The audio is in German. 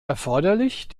erforderlich